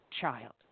child